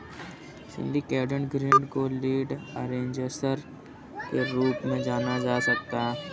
syndicated ऋण को lead arrangers के रूप में जाना जाता है